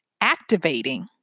activating